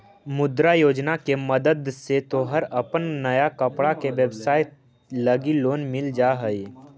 मुद्रा योजना के मदद से तोहर अपन नया कपड़ा के व्यवसाए लगी लोन मिल जा हई